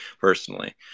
personally